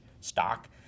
stock